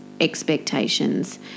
expectations